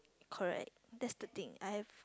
correct that's the thing I have